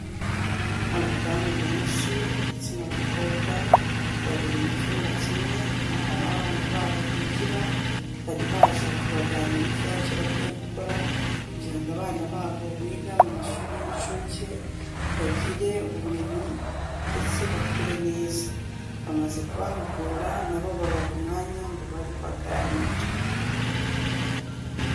Abadamu benshi ndetse n'abakobwa bari mu cyumba kimwe, aho abana babo bigira, bari baje kubaganiriza icyo bakwiye gukora, kugira ngo abana babo biga mu mashuri y'incuke bagire ubumenyi, ndetse bakure neza, bamaze kubahugura nabo babaha umwanya ngo babe baganire.